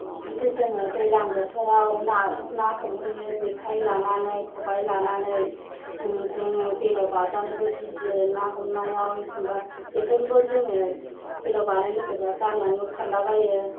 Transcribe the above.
बे जोङो दैज्लां बोथोराव ना ना हमहैयो जेखाइ लानानै खबाय लानानै जोङो बेलाव बाजानोबो गियो ना हमनायाव एखमब्ला जेखाइखौबो जोङो बेलाव बानाय नुब्ला गारनानैबो खारलाबायो